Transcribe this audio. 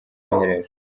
mwiherero